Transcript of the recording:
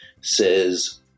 says